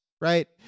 right